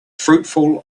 fruitful